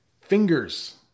fingers